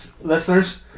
listeners